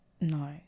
no